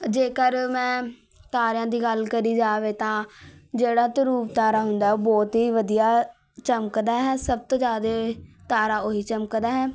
ਜੇਕਰ ਮੈਂ ਤਾਰਿਆਂ ਦੀ ਗੱਲ ਕਰੀ ਜਾਵੇ ਤਾਂ ਜਿਹੜਾ ਧਰੂਵ ਤਾਰਾ ਹੁੰਦਾ ਬਹੁਤ ਹੀ ਵਧੀਆ ਚਮਕਦਾ ਹੈ ਸਭ ਤੋਂ ਜ਼ਿਆਦਾ ਤਾਰਾ ਉਹੀ ਚਮਕਦਾ ਹੈ